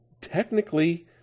technically